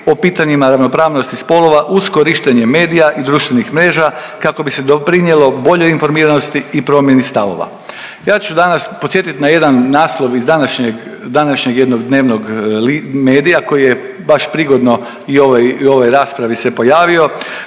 o pitanjima ravnopravnosti spolova uz korištenje medija i društvenih mreža kako bi se doprinijelo boljoj informiranosti i promjeni stavova. Ja ću danas podsjetit na jedan naslov iz današnjeg jednog dnevnog medija koji je baš prigodno i ovoj raspravi se pojavio